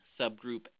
subgroup